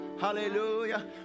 Hallelujah